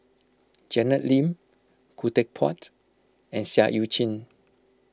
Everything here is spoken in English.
Janet Lim Khoo Teck Puat and Seah Eu Chin